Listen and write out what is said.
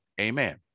amen